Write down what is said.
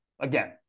again